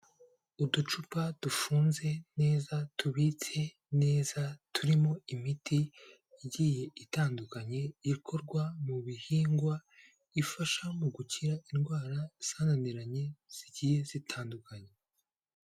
Uducupa dufunze neza tubitse neza, turimo imiti igiye itandukanye, ikorwa mu bihingwa ifasha mu gukira indwara zananiranye zigiye zitandukanye.